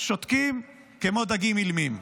שותקים כמו דגים אילמים,